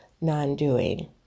non-doing